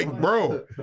bro